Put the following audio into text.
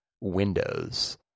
windows